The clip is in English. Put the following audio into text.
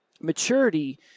Maturity